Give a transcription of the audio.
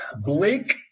Blake